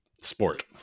sport